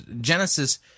Genesis